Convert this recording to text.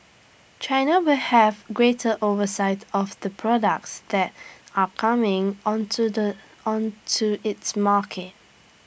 China will have greater oversight of the products that are coming onto the onto its market